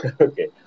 Okay